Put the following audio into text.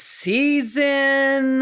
season